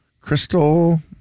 Crystal